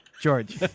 George